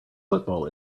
football